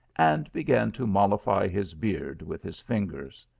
and began to mollify his beard with his fingers.